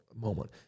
moment